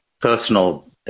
personal